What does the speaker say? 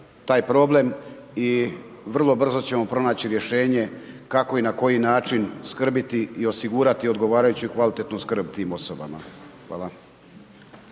taj problem i vrlo brzo ćemo pronaći rješenje, kako i na koji način, skrbiti i osigurati odgovarajući i kvalitetnu skrb tim osobama. Hvala.